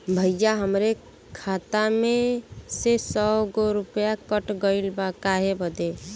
भईया हमरे खाता मे से सौ गो रूपया कट गइल बा काहे बदे?